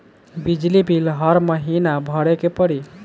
बिजली बिल हर महीना भरे के पड़ी?